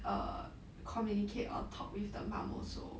err communicate or talk with the mum also